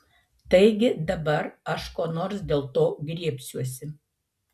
taigi dabar aš ko nors dėl to griebsiuosi